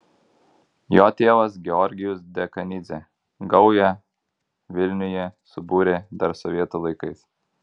jo tėvas georgijus dekanidzė gaują vilniuje subūrė dar sovietų laikais